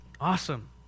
Awesome